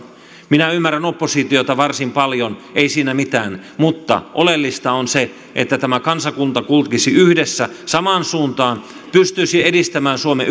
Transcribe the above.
minä ymmärrän oppositiota varsin paljon ei siinä mitään mutta oleellista on se että tämä kansakunta kulkisi yhdessä samaan suuntaan pystyisi edistämään suomen